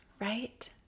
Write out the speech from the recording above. right